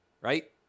right